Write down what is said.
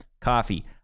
coffee